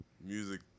music